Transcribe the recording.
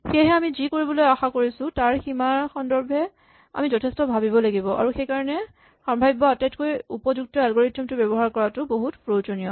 সেয়েহে আমি যি কৰিবলৈ আশা কৰিছো তাৰ সীমাৰ সন্দৰ্ভে আমি যথেষ্ট ভাৱিব লাগিব আৰু সেইকাৰণে সাম্ভাৱ্য আটাইতকৈ উপযুক্ত এলগৰিথম টো ব্যৱহাৰ কৰাটো বহুত প্ৰয়োজনীয়